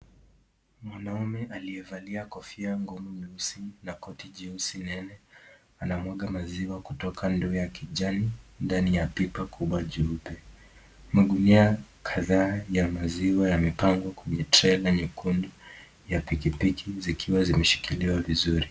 Mwanaume aliyevalia kofia moja nyeusi na koti jeusi nene. anamwaga maziwa kutoka ndoo ya kijani ndani ya pipa kubwa jeupe, magunia kadhaa ya maziwa yamepangwa kwenye trela nyekundu ya pikipiki zikiwa zimeshikiliwa vizuri.